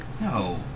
No